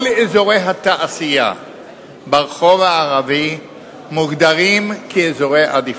כל אזורי התעשייה ברחוב הערבי מוגדרים כאזורי עדיפות.